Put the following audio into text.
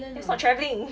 that's not traveling